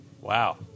Wow